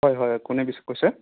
হয় হয় কোনে কৈছে